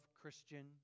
Christian